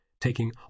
taking